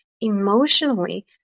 emotionally